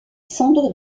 cendres